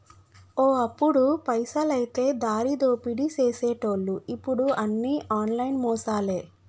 ఓ అప్పుడు పైసలైతే దారిదోపిడీ సేసెటోళ్లు ఇప్పుడు అన్ని ఆన్లైన్ మోసాలే